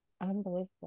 Unbelievable